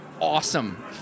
awesome